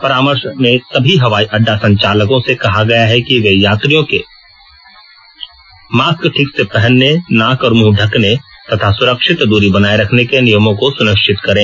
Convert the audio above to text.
परामर्श में सभी हवाई अड्डा संचालकों से कहा गया है कि ये यात्रियों के मास्क ठीक से पहनने नाक और मुंह ढकने तथा सुरक्षित दूरी बनाए रखने के नियमों को सुनिश्चित करें